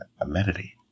amenity